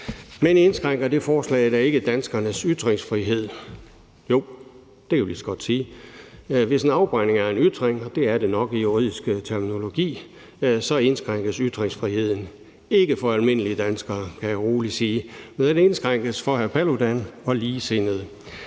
Men indskrænker det forslag da ikke danskernes ytringsfrihed? Jo, det kan vi lige så godt sige. Hvis en afbrænding er en ytring, og det er det nok i juridisk terminologi, indskrænkes ytringsfriheden ikke for almindelige danskere, kan jeg rolig sige, men den indskrænkes for hr. Paludan og ligesindede,